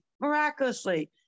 miraculously